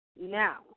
now